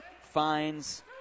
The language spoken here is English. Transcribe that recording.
finds